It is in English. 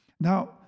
Now